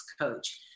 coach